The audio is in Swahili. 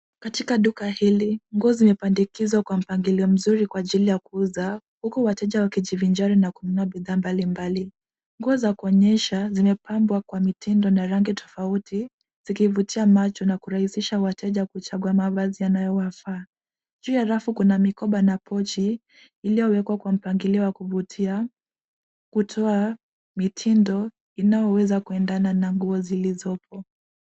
Katika duka hili, nguo zimepandikizwa kwa mpangilio mzuri kwa ajili ya kuuza huku wateja wakijivinjari na kununua bidhaa mbalimbali. Nguo za kuonyesha zimepambwa kwa mitindo na rangi tofauti zikivutia macho na kurahisisha wateja kuchagua mavazi yanayowafaa. Kila rafu kuna mikoba na pochi iliyowekwa kwa mpangilio wa kuvutia kutwaa mitindo inayoweza kuendana na nguo zilizopo.